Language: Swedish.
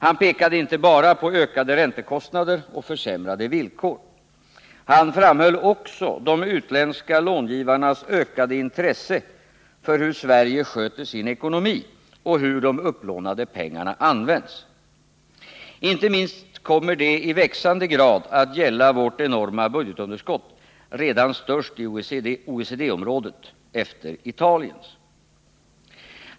Han pekade inte bara på en ökning av räntekostnaderna och en försämring av villkoren utan framhöll också de utländska långivarnas ökade intresse för hur Sverige sköter sin ekonomi och hur de upplånade pengarna används. Inte minst kommer detta att i växande grad gälla Sveriges enorma budgetunderskott, som redan nu är det största inom OECD-området efter Italiens.